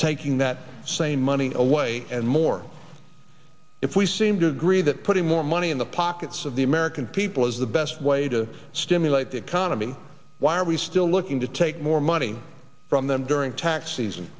taking that same money away and more if we seem to agree that putting more money in the pockets of the american people is the best way to stimulate the economy why are we still looking to take more money from them during tax season